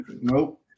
Nope